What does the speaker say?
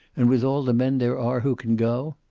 and with all the men there are who can go.